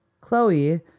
Chloe